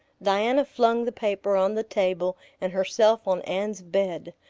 diana flung the paper on the table and herself on anne's bed,